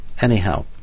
Anyhow